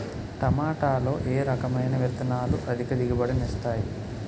టమాటాలో ఏ రకమైన విత్తనాలు అధిక దిగుబడిని ఇస్తాయి